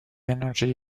energy